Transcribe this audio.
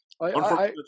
Unfortunately